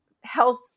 health